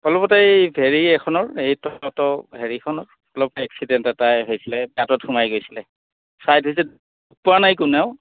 অলপতে এই হেৰি এখনৰ এই হেৰিখনৰ অলপতে এক্সিডেণ্ট এটাই হৈছিলে পেটত সোমাই গৈছিলে হৈছে পোৱা নাই কোনেও